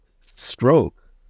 stroke